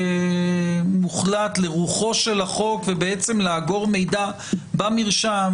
מוחלט לרוחו של החוק ובעצם לאגור מידע כזה במרשם?